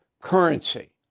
currency